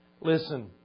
Listen